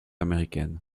américaine